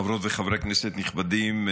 חברות וחברי כנסת נכבדים,